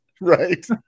Right